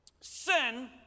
sin